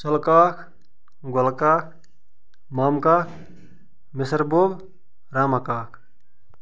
سُلہٕ کاک گُلہٕ کاک مامہٕ کاک مِسٕر بۄبہٕ رحمان کاک